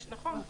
נכון,